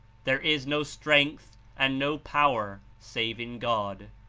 there is no strength and no power save in god.